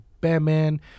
Batman